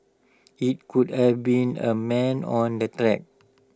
IT could have been A man on the track